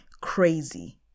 crazy